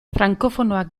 frankofonoak